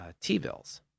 T-bills